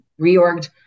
reorged